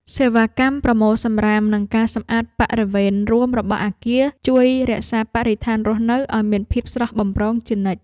សេវាកម្មប្រមូលសំរាមនិងការសម្អាតបរិវេណរួមរបស់អគារជួយរក្សាបរិស្ថានរស់នៅឱ្យមានភាពស្រស់បំព្រងជានិច្ច។